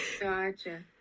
Gotcha